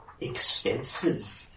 Expensive